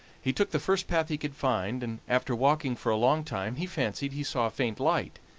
he took the first path he could find, and after walking for a long time he fancied he saw a faint light,